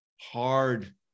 hard